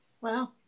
Wow